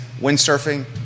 windsurfing